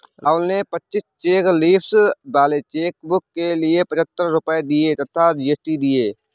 राहुल ने पच्चीस cheque leaves वाले चेकबुक के लिए पच्छत्तर रुपये तथा जी.एस.टी दिए